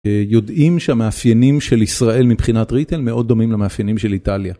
יודעים שהמאפיינים של ישראל מבחינת ריטייל מאוד דומים למאפיינים של איטליה.